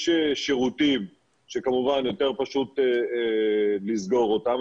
יש שירותים שכמובן יותר פשוט לסגור אותם,